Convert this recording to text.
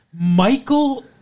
Michael